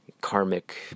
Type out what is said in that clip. karmic